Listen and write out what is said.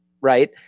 Right